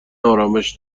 آرامش